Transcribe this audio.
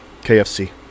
kfc